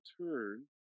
turn